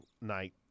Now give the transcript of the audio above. night